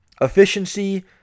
efficiency